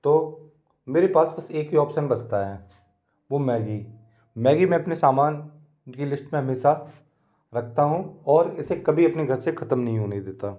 तो मेरे पास बस एक ही ऑप्सन बचता है वो मैगी मैगी मैं अपने सामान की लिश्ट में हमेशा रखता हूँ और इसे कभी अपने घर से खत्म नहीं होने देता